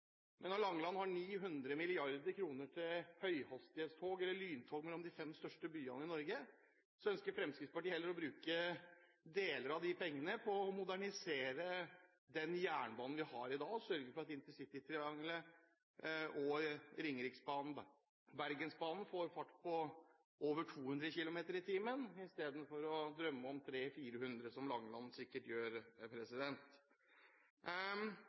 Men når Langeland har 900 mrd. kr til høyhastighetstog eller lyntog mellom de fem største byene i Norge, ønsker Fremskrittspartiet heller å bruke deler av de pengene på å modernisere den jernbanen vi har i dag, og sørge for at intercitytrianglet, Ringeriksbanen og Bergensbanen får en fart på over 200 km/t, i stedet for å drømme om 300–400 km/t, som Langeland sikkert gjør.